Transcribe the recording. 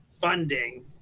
funding